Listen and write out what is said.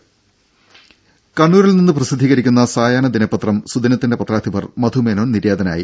ദ്ദേ കണ്ണൂരിൽ നിന്ന് പ്രസിദ്ധീകരിക്കുന്ന സായാഹ്ന ദിനപത്രം സുദിനത്തിന്റെ പത്രാധിപർ മധു മേനോൻ നിര്യാതനായി